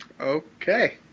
Okay